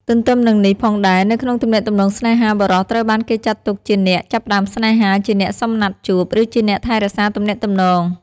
ទន្ទឹមនិងនេះផងដែរនៅក្នុងទំនាក់ទំនងស្នេហា បុរសត្រូវបានគេចាត់ទុកជាអ្នក ចាប់ផ្ដើមស្នេហា ជាអ្នកសុំណាត់ជួប ឬជាអ្នកថែរក្សាទំនាក់ទំនង។